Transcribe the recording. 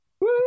Woo